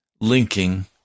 linking